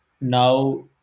now